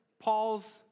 Paul's